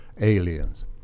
aliens